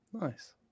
Nice